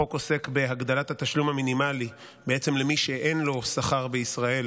החוק עוסק בהגדלת התשלום המינימלי בעצם למי שאין לו שכר בישראל,